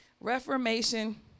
Reformation